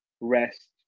rest